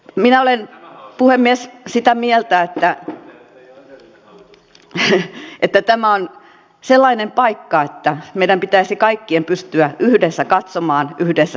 minä olen puhemies sitä mieltä että tämä on sellainen paikka että meidän pitäisi kaikkien pystyä yhdessä katsomaan yhdessä sopimaan